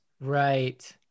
Right